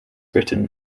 written